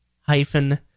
hyphen